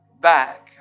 back